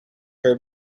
her